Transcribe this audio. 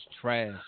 trash